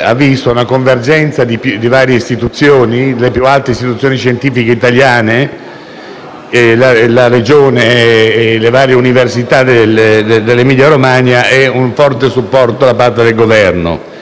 ha visto la convergenza di varie istituzioni, delle più alte istituzioni scientifiche italiane, a quelle della Regione e delle varie università dell'Emilia-Romagna, oltre al forte supporto da parte del Governo.